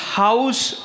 house